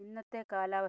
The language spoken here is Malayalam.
ഇന്നത്തെ കാലാവസ്ഥ